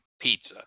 pizza